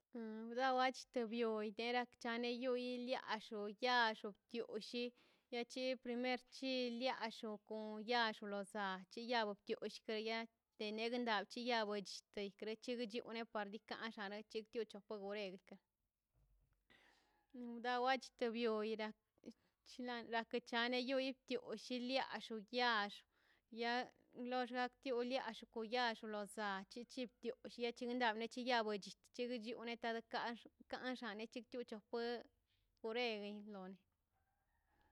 Daway chito bio derak chino wioni iliallod ya llottioll ki primer chi chiliallo kon liallo lo sag chiyag tiolla teneg nia dia chit loi chikchik ione par dika chiok fok werenke dawachito bio o ira chlan lakichane yo io tioll iliallo yan loll la tion tu liallo lia lo lla chi chip tiop yawe nicha yawei ich yano ne na dekax kan kaxan nichio tulon pue poreguen donin